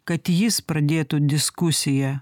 kad jis pradėtų diskusiją